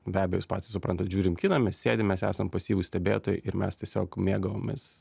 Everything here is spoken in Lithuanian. be abejo jūs patys suprantat žiūrim kiną mes sėdim mes esam pasyvūs stebėtojai ir mes tiesiog mėgavomės